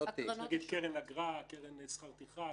נניח בקרן אגרה, בקרן שכר טרחה.